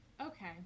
Okay